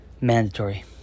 mandatory